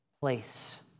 place